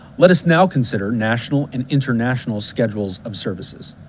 let us now consider national and international schedules of services.